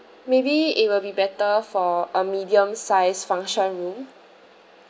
maybe it will be better for a medium sized function room